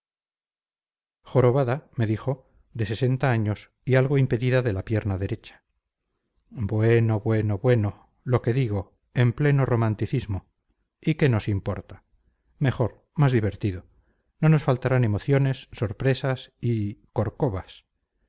jorobada me dijo de sesenta años y algo impedida de la pierna derecha bueno bueno bueno lo que digo en pleno romanticismo y qué nos importa mejor más divertido no nos faltarán emociones sorpresas y corcovas